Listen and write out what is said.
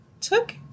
Took